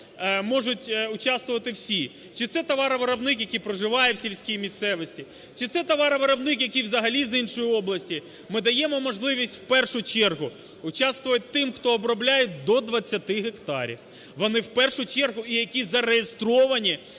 можуть участвувати всі: чи це товаровиробник, який проживає в сільській місцевості; чи це товаровиробник, який взагалі з іншої області. Ми даємо можливість, в першу чергу, участвовать тим, хто обробляє до 20 гектарів. Вони в першу чергу… і які зареєстровані